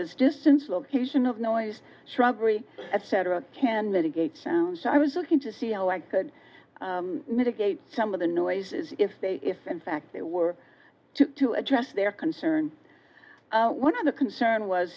as distance location of noise shrubbery etc can mitigate sounds i was looking to see how i could mitigate some of the noises if they if in fact they were to address their concern one of the concern was